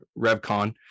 revcon